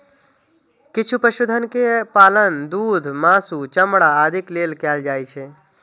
किछु पशुधन के पालन दूध, मासु, चमड़ा आदिक लेल कैल जाइ छै